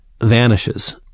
vanishes